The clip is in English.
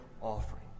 offering